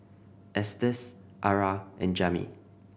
Estes Arah and Jami